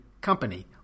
company